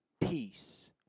peace